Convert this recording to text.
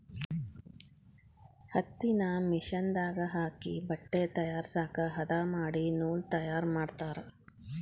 ಹತ್ತಿನ ಮಿಷನ್ ದಾಗ ಹಾಕಿ ಬಟ್ಟೆ ತಯಾರಸಾಕ ಹದಾ ಮಾಡಿ ನೂಲ ತಯಾರ ಮಾಡ್ತಾರ